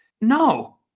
No